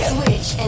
Switch